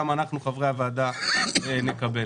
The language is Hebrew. התכנית שהוצגה בממשלה הקודמת בנושא של הכשרות נוצלה רק ב-39%.